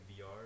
VR